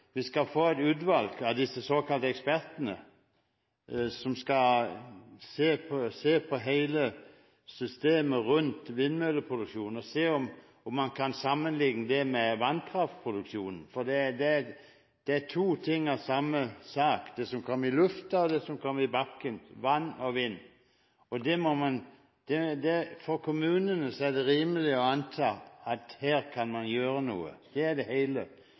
vi skal få et utvalg av disse såkalte ekspertene, som skal se på hele systemet rundt vindkraftproduksjonen, og se om man kan sammenligne det med vannkraftproduksjonen, for det er to sider av samme sak: Det som kommer i luften, og det som kommer i bakken – vind og vann. For kommunene er det rimelig å anta at man her kan gjøre noe – det er det